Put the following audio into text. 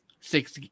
six